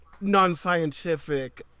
non-scientific